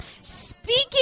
Speaking